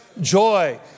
joy